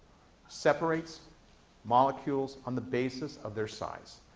separates molecules on the basis of their size.